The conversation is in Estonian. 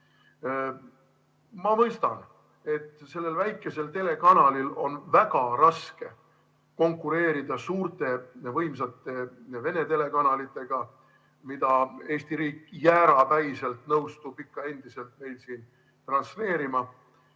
mõistan, et sellel väikesel telekanalil on väga raske konkureerida suurte ja võimsate Vene telekanalitega, mida Eesti riik jäärapäiselt nõustub ikka endiselt meil siin transfeerima